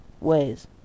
ways